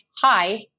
hi